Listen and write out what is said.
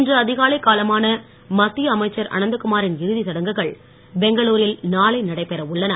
இன்று அதிகாலை காலமான மத்திய அமைச்சர் அனந்தகுமாரின் இறுதிச் சடங்குகள் பெங்களுரில் நாளை நடைபெற உள்ளன